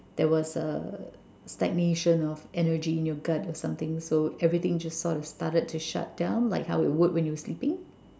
there was a stagnation of energy in your gut or something so everything just sort of started to shut down like how it would when you're sleeping